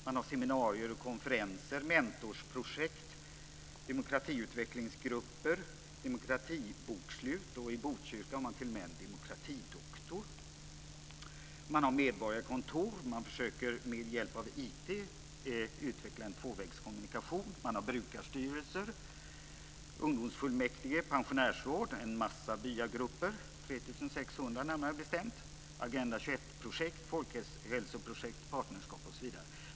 Man har seminarier och konferenser, mentorsprojekt, demokratiutvecklingsgrupper och demokratibokslut. I Botkyrka har man t.o.m. en demokratidoktor. Man har medborgarkontor. Man försöker med hjälp av IT utveckla en tvåvägskommunikation. Man har brukarstyrelser, ungdomsfullmäktige, pensionärsråd, en massa byagrupper - 3 600, närmare bestämt - Agenda 21-projekt, folkhälsoprojekt, partnerskap osv.